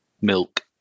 Milk